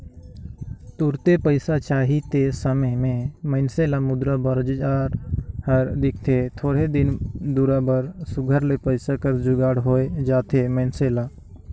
तुरते पइसा चाही ते समे में मइनसे ल मुद्रा बजार हर दिखथे थोरहें दिन दुरा बर सुग्घर ले पइसा कर जुगाड़ होए जाथे मइनसे ल